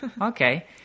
Okay